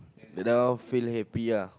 now feeling happy ah